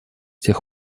тех